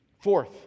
Fourth